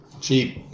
Cheap